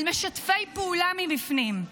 על משתפי פעולה מבפנים,